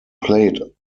played